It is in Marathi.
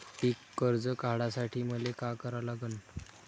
पिक कर्ज काढासाठी मले का करा लागन?